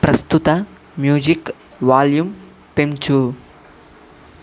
ప్రస్తుత music volume పెంచు